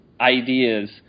ideas